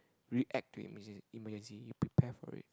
react to emency~ emergency you prepare for it